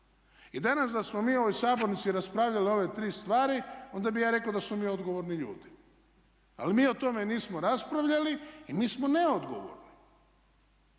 I danas da smo mi u ovoj sabornici raspravljali ove tri stvari onda bi ja rekao da smo mi odgovorni ljudi. Ali mi o tome nismo raspravljali i mi smo neodgovorni